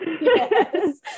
Yes